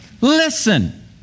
listen